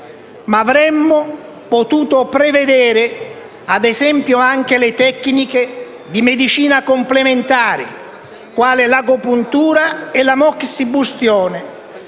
ma avremmo potuto prevedere, ad esempio, anche le tecniche di medicina complementare, quali l'agopuntura e la moxibustione.